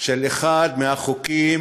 של אחד מהחוקים